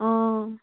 অঁ